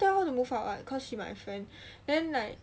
tell her to move out what cause she my friend then like